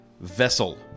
vessel